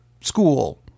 school